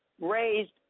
Raised